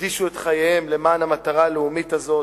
הקדישו את חייהם למען המטרה הלאומית הזאת.